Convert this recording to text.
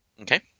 Okay